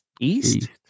East